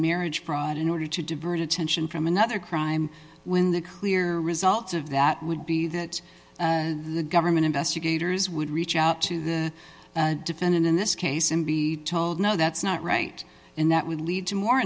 marriage brian in order to divert attention from another crime when the clear results of that would be that and the government investigators would reach out to the defendant in this case and be told no that's not right and that would lead to more